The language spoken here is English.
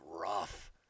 rough